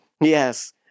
Yes